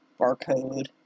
barcode